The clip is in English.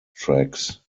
tracks